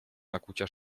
nakłucia